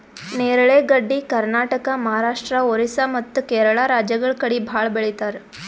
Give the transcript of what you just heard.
ನೇರಳೆ ಗಡ್ಡಿ ಕರ್ನಾಟಕ, ಮಹಾರಾಷ್ಟ್ರ, ಓರಿಸ್ಸಾ ಮತ್ತ್ ಕೇರಳ ರಾಜ್ಯಗಳ್ ಕಡಿ ಭಾಳ್ ಬೆಳಿತಾರ್